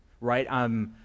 right